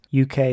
UK